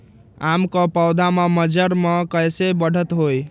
आम क पौधा म मजर म कैसे बढ़त होई?